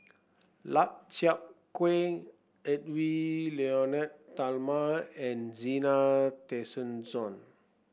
Lau Chiap Khai Edwy Lyonet Talma and Zena Tessensohn